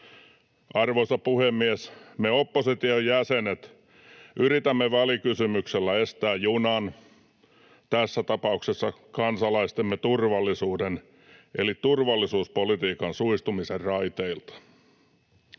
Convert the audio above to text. Arvoisa puhemies! Me opposition jäsenet yritämme välikysymyksellä estää junan, tässä tapauksessa kansalaistemme turvallisuuden eli turvallisuuspolitiikan, suistumisen raiteilta.